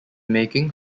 making